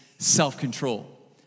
Self-control